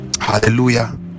hallelujah